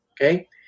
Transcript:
Okay